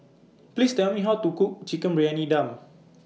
Please Tell Me How to Cook Chicken Briyani Dum